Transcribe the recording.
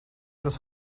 los